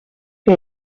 que